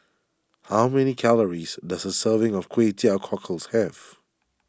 how many calories does a serving of Kway Teow Cockles have